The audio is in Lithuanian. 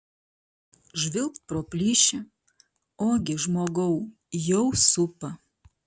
žvilgt pro plyšį ogi žmogau jau supa